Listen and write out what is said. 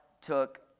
took